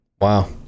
Wow